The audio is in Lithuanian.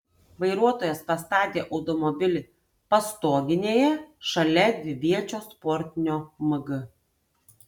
vairuotojas pastatė automobilį pastoginėje šalia dviviečio sportinio mg